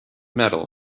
metal